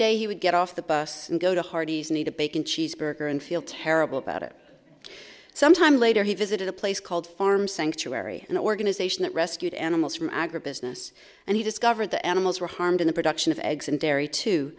day he would get off the bus and go to hardee's need a bacon cheeseburger and feel terrible about it some time later he visited a place called farm sanctuary an organization that rescued animals from agribusiness and he discovered the animals were harmed in the production of eggs and dairy too